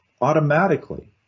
Automatically